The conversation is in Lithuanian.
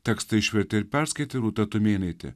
tekstą išvertė ir perskaitė rūta tumėnaitė